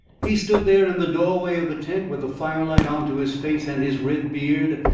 he stood there in the doorway of the tent, with the firelight onto his face and his red beard,